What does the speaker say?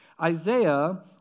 Isaiah